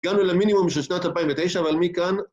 הגענו למינימום של שנת 2009, אבל מכאן...